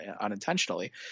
unintentionally